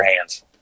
hands